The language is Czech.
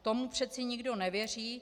Tomu přece nikdo nevěří.